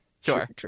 Sure